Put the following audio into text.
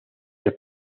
del